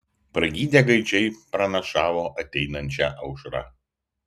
pragydę gaidžiai pranašavo ateinančią aušrą